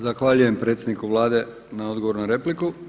Zahvaljujem predsjedniku Vlade na odgovoru na repliku.